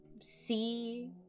see